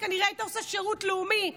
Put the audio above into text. היא כנראה הייתה עושה שירות לאומי.